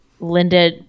Linda